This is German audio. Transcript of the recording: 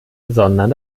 sondern